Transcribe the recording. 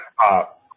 pop